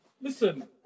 Listen